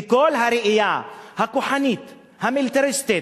כי כל הראייה הכוחנית, המיליטריסטית,